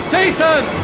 Jason